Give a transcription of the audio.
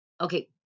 Okay